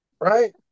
right